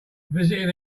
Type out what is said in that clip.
visiting